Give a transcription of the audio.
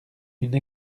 une